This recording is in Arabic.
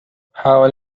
حاول